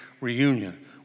reunion